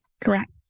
Correct